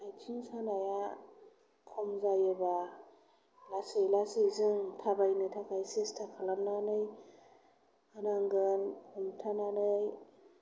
आथिं सानाया खम जायोब्ला लासै लासै जों थाबायनो सेस्था खालामनानै होनांगोन हमथानानै